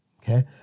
okay